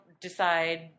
decide